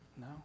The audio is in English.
No